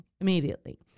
immediately